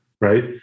right